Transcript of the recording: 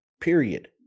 Period